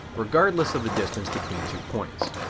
regardless of the distance between two points.